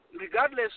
regardless